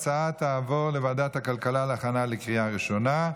ההצעה תעבור לוועדת הכלכלה להכנה לקריאה ראשונה.